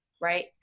right